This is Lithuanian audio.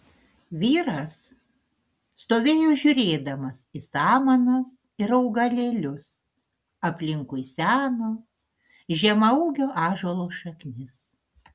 vyras stovėjo žiūrėdamas į samanas ir augalėlius aplinkui seno žemaūgio ąžuolo šaknis